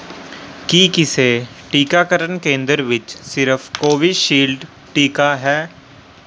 ਕੀ ਕਿਸੇ ਟੀਕਾਕਰਨ ਕੇਂਦਰ ਵਿੱਚ ਸਿਰਫ਼ ਕੋਵੀਸ਼ਿਲਡ ਟੀਕਾ ਹੈ